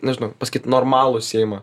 nežinau pasakyt normalų seimą